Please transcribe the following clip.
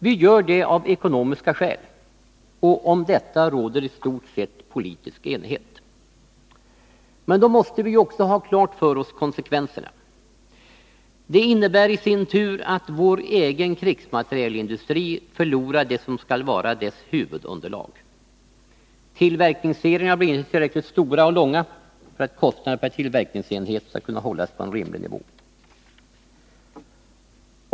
Vi gör det av ekonomiska skäl, och om detta råder i stort sett politisk enighet. Men då måste vi också ha klart för oss konsekvenserna. Det här innebär i sin tur att vår egen krigsmaterielindustri förlorar det som skall vara dess huvudunderlag. Tillverkningsserierna blir inte tillräckligt stora och långa för att kostnaderna per tillverkningsenhet skall kunna hållas på en rimlig nivå.